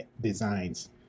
designs